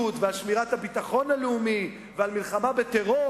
ועל שמירת הביטחון הלאומי ועל מלחמה בטרור,